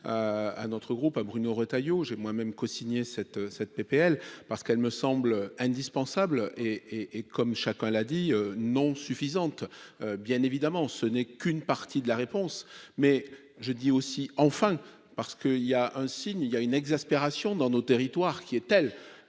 à notre groupe à Bruno Retailleau j'ai moi-même cosigné cette cette PPL parce qu'elle me semble indispensable et et et comme chacun l'a dit non suffisante, bien évidemment, ce n'est qu'une partie de la réponse, mais je dis aussi, enfin parce qu'il y a un signe, il y a une exaspération dans nos territoires qui est telle